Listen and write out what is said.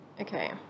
Okay